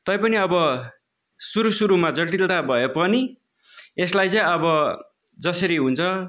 तैपनि अब सुरु सुरुमा जटिलता भए पनि यसलाई चाहिँ अब जसरी हुन्छ